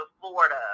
florida